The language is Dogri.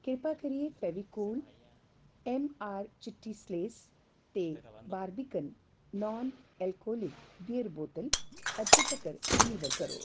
किरपा करियै फेविकोल ऐम्मआर चिट्टी सलेस ते बार्बिकन नॉन अल्कोह्लिक बीयर बोतल अज्जै तक्कर डलीवर करो